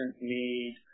need